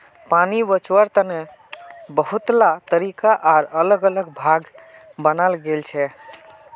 पानी बचवार तने बहुतला तरीका आर अलग अलग भाग बनाल गेल छे